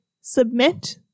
submit